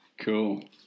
Cool